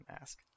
mask